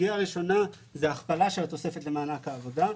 סוגיה ראשונה היא הכפלה של התוספת למענק העבודה.